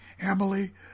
Emily